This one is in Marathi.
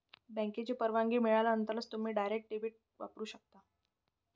बँकेची परवानगी मिळाल्यानंतरच तुम्ही डायरेक्ट डेबिट वापरू शकता